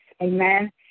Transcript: Amen